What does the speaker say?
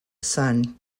son